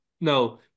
No